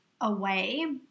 away